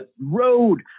road